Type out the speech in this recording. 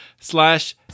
slash